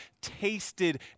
tasted